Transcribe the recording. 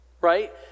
right